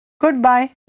Goodbye